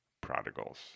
prodigals